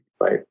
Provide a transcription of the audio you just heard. right